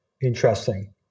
interesting